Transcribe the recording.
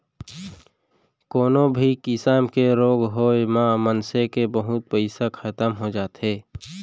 कोनो भी किसम के रोग होय म मनसे के बहुत पइसा खतम हो जाथे